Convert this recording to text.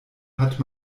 hat